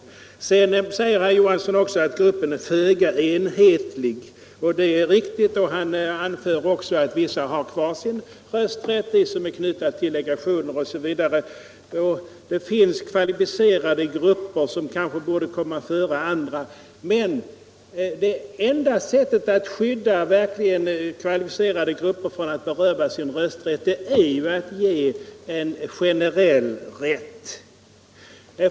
11 mars 1976 Sedan säger herr Johansson att gruppen är föga enhetlig, och det är riktigt. i Han anför också att vissa har kvar sin rösträtt — de som är knutna till Utlandssvenskarnas legationer osv. — och att det finns kvalificerade grupper som kanske borde = rösträtt komma före andra. Men det enda sättet att verkligen skydda kvalificerade grupper från att berövas sin rösträtt är att ge en generell rätt.